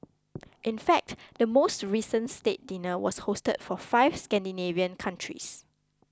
in fact the most recent state dinner was hosted for five Scandinavian countries